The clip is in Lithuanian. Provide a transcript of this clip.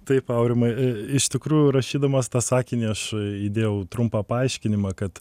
taip aurimai iš tikrųjų rašydamas tą sakinį aš įdėjau trumpą paaiškinimą kad